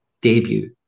debut